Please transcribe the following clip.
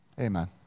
amen